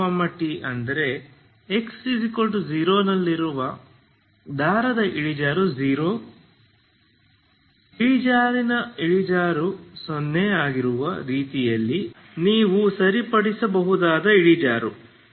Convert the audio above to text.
ux0t ಅಂದರೆ x0 ನಲ್ಲಿರುವ ದಾರದ ಇಳಿಜಾರು 0 ಇಳಿಜಾರಿನ ಇಳಿಜಾರು 0 ಆಗಿರುವ ರೀತಿಯಲ್ಲಿ ನೀವು ಸರಿಪಡಿಸಬಹುದಾದ ಇಳಿಜಾರು